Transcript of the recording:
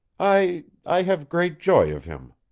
i. i have great joy of him.